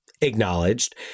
acknowledged